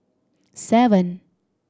seven